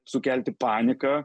sukelti paniką